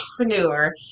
entrepreneur